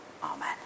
Amen